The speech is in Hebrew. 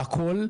הכול,